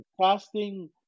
casting